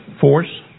force